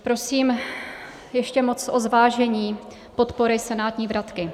Prosím ještě moc o zvážení podpory senátní vratky.